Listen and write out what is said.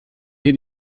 hier